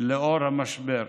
לנוכח המשבר.